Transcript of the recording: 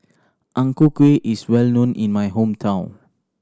Ang Ku Kueh is well known in my hometown